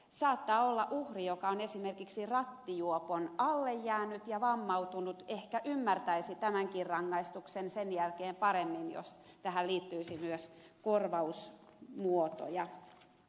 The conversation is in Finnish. saattaa olla että uhri joka on esimerkiksi rattijuopon alle jäänyt ja vammautunut ehkä ymmärtäisi tämänkin rangaistuksen sen jälkeen paremmin jos tähän liittyisi myös korvausmuotoja